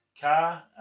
car